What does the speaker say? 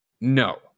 no